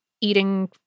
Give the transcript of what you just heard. eating